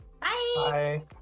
Bye